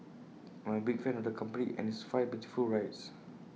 I am A big fan of the company and its fast beautiful rides